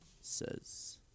says